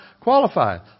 qualified